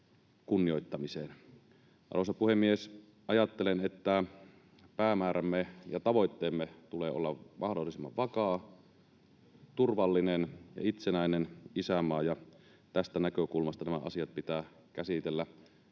Arvoisa puhemies! Ajattelen, että päämäärämme ja tavoitteemme tulee olla mahdollisimman vakaa, turvallinen ja itsenäinen isänmaa, ja tästä näkökulmasta nämä asiat pitää käsitellä,